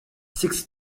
six